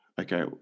Okay